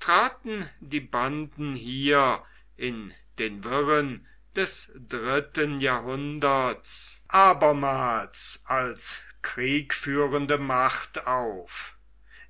traten die banden hier in den wirren des dritten jahrhunderts abermals als kriegführende macht auf